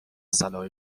صلاح